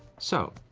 so.